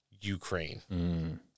Ukraine